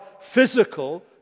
physical